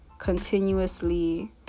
continuously